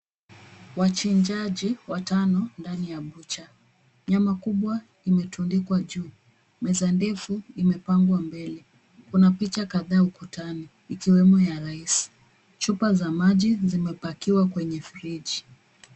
Wachinjaji watano ndani ya bucha, nyama kubwa imetundikwa juu, meza ndefu imepangwa mbele. Kuna picha kadhaa ukutani ikiwemo ya rais. Chupa za maji zimepakiwa kwenye friji.